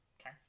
Okay